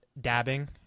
dabbing